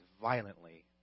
violently